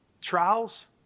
Trials